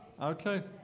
Okay